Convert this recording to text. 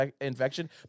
infection